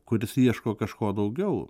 kuris ieško kažko daugiau